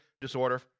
disorder